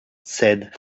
said